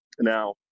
Now